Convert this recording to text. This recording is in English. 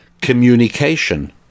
communication